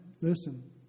Listen